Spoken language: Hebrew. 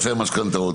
המשכנתאות,